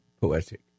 poetic